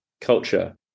culture